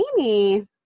Amy